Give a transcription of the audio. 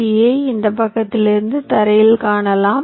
டியை இந்த பக்கத்திலிருந்து தரையில் காணலாம்